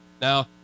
Now